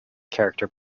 character